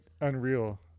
Unreal